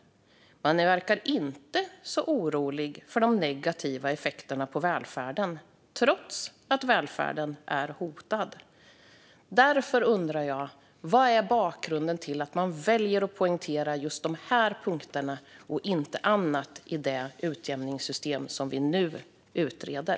Man verkar inte så orolig för de negativa effekterna på välfärden, trots att välfärden är hotad. Därför undrar jag: Vad är bakgrunden till att man väljer att poängtera just de här punkterna och inget annat i det utjämningssystem som vi nu utreder?